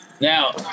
Now